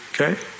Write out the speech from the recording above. okay